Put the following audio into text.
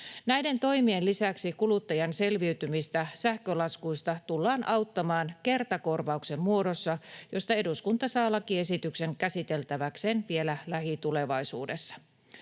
Näiden toimien lisäksi kuluttajan selviytymistä sähkölaskuista tullaan auttamaan kertakorvauksen muodossa, josta eduskunta saa lakiesityksen käsiteltäväkseen vielä lähitulevaisuudessa.